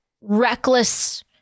reckless